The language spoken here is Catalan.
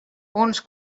uns